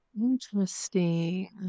Interesting